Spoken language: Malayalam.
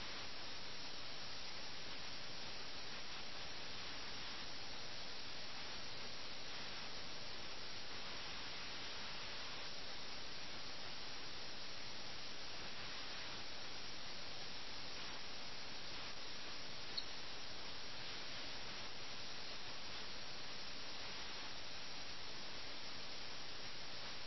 അതിനാൽ ഇത് കളിയുടെ നിയമങ്ങളെച്ചൊല്ലിയുള്ള കലഹമായി ആരംഭിക്കുന്ന ഒരു പോരാട്ടമാണ് അവർ പരസ്പരം വംശാവലിയെ അപമാനിക്കുന്ന മറ്റൊരു തലത്തിലേക്ക് അത് ശരിക്കും നീങ്ങുന്നു അവസാനം അവർ തങ്ങളുടെ ബഹുമാനം സംരക്ഷിക്കാൻ വാളെടുക്കുന്നു അപരന്റെ പരാമർശങ്ങളാൽ ബഹുമാനം കളങ്കപ്പെട്ടുവെന്ന് കരുതുന്ന അവർ യുദ്ധം ചെയ്യുന്നു അതിൽ അവർ മരിക്കുന്നു